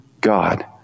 God